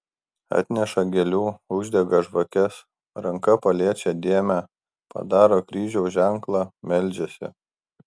atneša gėlių uždega žvakes ranka paliečią dėmę padaro kryžiaus ženklą meldžiasi